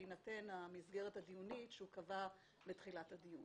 בהינתן המסגרת הדיונית שהוא קבע בתחילת הדיון.